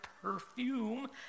perfume